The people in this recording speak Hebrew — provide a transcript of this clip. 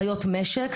חיות משק,